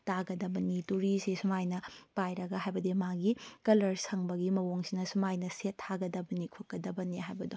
ꯇꯥꯒꯗꯕꯅꯤ ꯇꯨꯔꯤꯁꯤ ꯑꯁꯨꯃꯥꯏꯅ ꯄꯥꯏꯔꯒ ꯍꯥꯏꯕꯗꯤ ꯃꯥꯒꯤ ꯀꯂꯔ ꯁꯪꯕꯒꯤ ꯃꯑꯣꯡꯁꯤꯅ ꯁꯨꯃꯥꯏꯅ ꯁꯦꯠ ꯊꯥꯒꯗꯕꯅꯤ ꯈꯣꯠꯀꯗꯕꯅꯤ ꯍꯥꯏꯕꯗꯣ